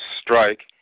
strike